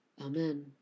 Amen